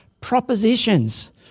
propositions